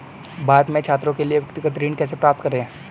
भारत में छात्रों के लिए व्यक्तिगत ऋण कैसे प्राप्त करें?